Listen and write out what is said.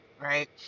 right